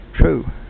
true